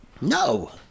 No